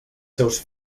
seus